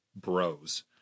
bros